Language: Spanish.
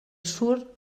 sur